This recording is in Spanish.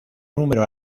número